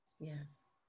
Yes